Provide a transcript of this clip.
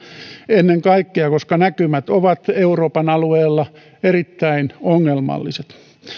ennen kaikkea koska näkymät ovat euroopan alueella erittäin ongelmalliset